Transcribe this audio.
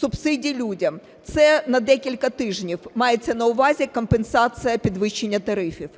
субсидій людям, це на декілька тижнів, мається на увазі компенсація підвищення тарифів.